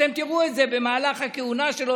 אתם תראו את זה במהלך הכהונה שלו,